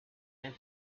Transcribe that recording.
and